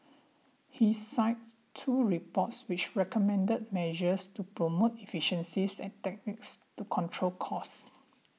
he cited two reports which recommended measures to promote efficiencies and techniques to control costs